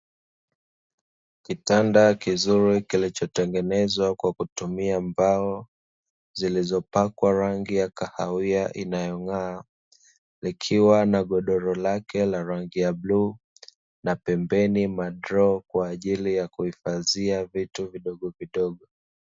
Kitanda kizuri kilichotengenezwa kwa kutumia mbao, zilizopakwa rangi ya kahawia inayong'aa; likiwa na godoro lake la rangi ya bluu na pembeni madroo kwa ajili ya kuhifadhia vitu vidogovidogo.